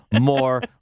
more